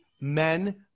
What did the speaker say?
men